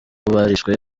barishwe